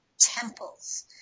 temples